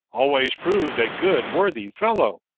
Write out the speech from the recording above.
always proved a good, worthy fellow?